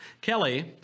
Kelly